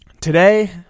Today